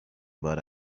باره